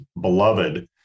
beloved